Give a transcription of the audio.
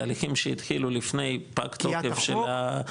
תהליכים שהתחילו לפני פג תוקף של החוק --- פקיעת החוק,